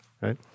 right